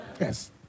Yes